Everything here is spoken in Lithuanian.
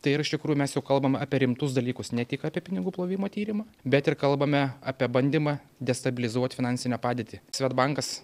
tai ir iš tikrųjų mes kalbame apie rimtus dalykus ne tik apie pinigų plovimo tyrimą bet ir kalbame apie bandymą destabilizuot finansinę padėtį svedbankas